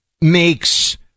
makes